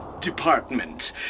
department